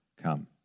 come